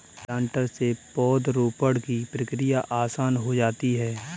planter से पौधरोपण की क्रिया आसान हो जाती है